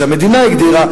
שהמדינה הגדירה,